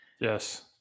Yes